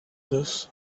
this